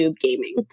Gaming